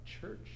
church